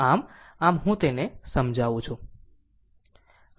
આમ આમ હું તેને સમજાવું